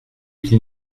qu’il